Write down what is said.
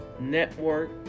network